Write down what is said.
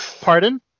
Pardon